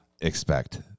expect